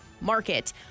market